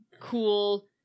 cool